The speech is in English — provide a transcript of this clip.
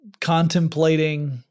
contemplating